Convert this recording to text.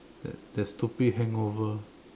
that that stupid hangover